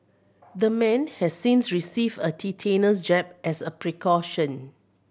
the man has since received a tetanus jab as a precaution